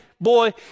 boy